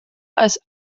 als